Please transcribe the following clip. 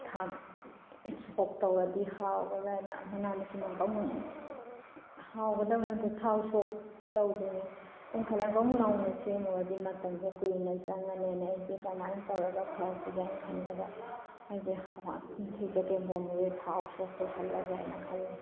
ꯁꯣꯛ ꯇꯧꯔꯗꯤ ꯍꯥꯎꯒꯗ꯭ꯔ ꯍꯥꯏꯅ ꯃꯅꯥ ꯃꯁꯤꯡ ꯑꯃꯨꯛꯀ ꯑꯃꯨꯛ ꯍꯥꯎꯒꯗꯕ ꯅꯠꯇꯦ ꯊꯥꯎ ꯁꯣꯛ ꯇꯧꯗ꯭ꯔꯤꯉꯩ ꯑꯩꯅ ꯈꯜꯂꯦ ꯑꯗ ꯃꯨꯛ ꯅꯧꯅ ꯁꯦꯝꯃꯨꯔꯗꯤ ꯃꯇꯝꯗꯣ ꯀꯨꯏꯅ ꯆꯪꯉꯅꯤꯅ ꯑꯩꯁꯦ ꯀꯃꯥꯏꯅ ꯇꯧꯔꯒ ꯐꯍꯟꯁꯤꯒꯦ ꯍꯥꯏꯅ ꯈꯟꯕꯗ ꯑꯩꯁꯦ ꯍꯋꯥꯏ ꯁꯤ ꯆꯒꯦꯝꯄꯣꯝꯕꯁꯦ ꯊꯥꯎ ꯁꯣꯛ ꯇꯧꯁꯜꯂꯒꯦ ꯍꯥꯏꯅ ꯈꯜꯂꯦ